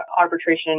arbitration